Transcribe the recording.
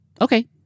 Okay